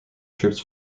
troops